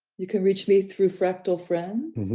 you can reach me through fractal friends.